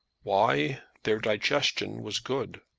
why? their digestion was good.